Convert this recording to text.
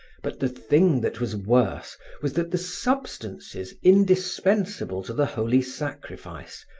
but the thing that was worse was that the substances, indispensable to the holy sacrifice,